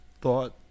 thought